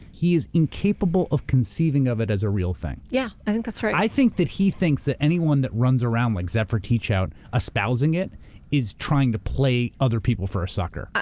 he is incapable of conceiving of it as a real thing. yeah i think that's right. i think that he thinks that anyone that runs around like zephyr teachout espousing it is trying to play other people for a sucker.